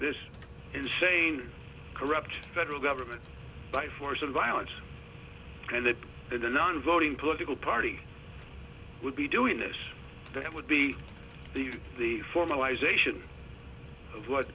this insane corrupt federal government by force and violence and that the non voting political party i would be doing this that would be the the form